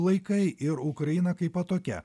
laikai ir ukraina kaipo tokia